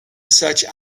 such